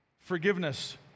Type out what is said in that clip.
Forgiveness